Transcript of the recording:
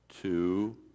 two